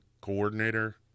Coordinator